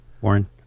Warren